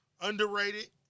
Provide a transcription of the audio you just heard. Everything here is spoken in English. Underrated